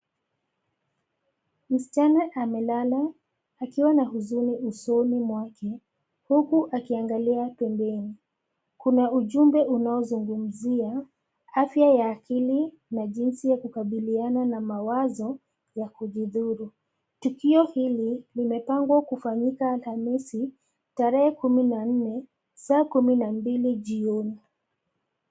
Msichana amelala akiwa na huzuni usoni mwake huku akiangalia pembeni. Kuna ujumbe unaozungumzia afya ya akili na jinsi ya kukabiliana na mawazo ya kujidhuru. Tukio hili limepangwa kufanyika Alhamisi, tarehe kumi na nne, saa kumi na mbili jioni.